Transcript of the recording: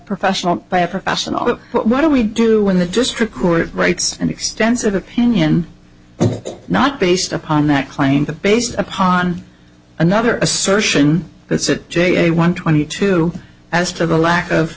professional by a professional what do we do when the district court writes an extensive opinion not based upon that claim that based upon another assertion that said j a one twenty two as to the lack of